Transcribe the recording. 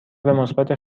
مثبت